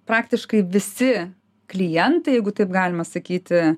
praktiškai visi klientai jeigu taip galima sakyti